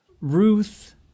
ruth